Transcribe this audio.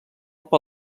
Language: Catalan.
per